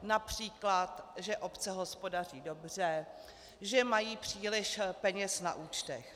Například že obce hospodaří dobře, že mají příliš peněz na účtech.